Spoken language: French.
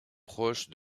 proche